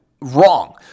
wrong